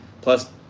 Plus